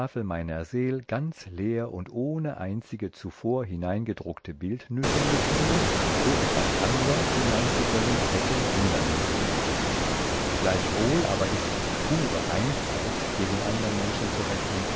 meiner seel ganz leer und ohn einzige zuvor hineingedruckte bildnüssen gefunden so etwas anders hineinzubringen hätte hindern mögen gleichwohl aber ist die pure einfalt gegen andern menschen zu rechnen